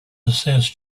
assess